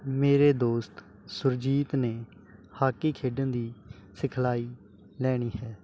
ਮੇਰੇ ਦੋਸਤ ਸੁਰਜੀਤ ਨੇ ਹਾਕੀ ਖੇਡਣ ਦੀ ਸਿਖਲਾਈ ਲੈਣੀ ਹੈ